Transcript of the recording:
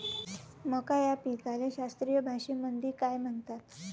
मका या पिकाले शास्त्रीय भाषेमंदी काय म्हणतात?